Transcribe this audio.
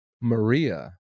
Maria